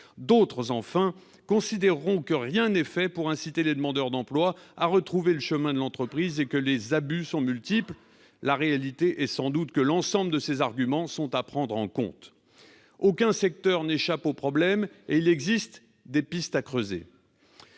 D'autres, enfin, considéreront que rien n'est fait pour inciter les demandeurs d'emploi à retrouver le chemin de l'entreprise et que les abus sont multiples. En réalité, l'ensemble de ces arguments sont sans doute à prendre en compte. Aucun secteur n'échappe au problème et il existe des pistes à creuser.